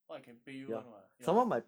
what I can pay you [one] [what] ya